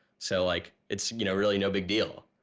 so like, it's you know really no big deal.